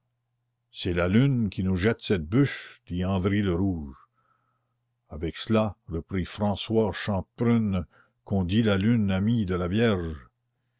c'est la lune qui nous jette cette bûche dit andry le rouge avec cela reprit françois chanteprune qu'on dit la lune amie de la vierge